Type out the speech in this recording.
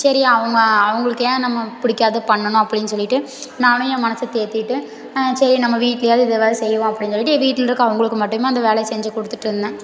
சரி அவங்க அவங்களுக்கு ஏன் நம்ம பிடிக்காத பண்ணணும் அப்படினு சொல்லிகிட்டு நானும் என் மனசை தேற்றிட்டு சரி நம்ம வீட்லேயாவது இதை மாதிரி செய்வோம் அப்படின்னு சொல்லிகிட்டு வீட்டில் இருக்கற அவங்களுக்கு மட்டும் அந்த வேலைய செஞ்சு கொடுத்திட்டுருந்தேன்